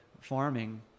farming